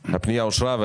אושר הפנייה אושרה.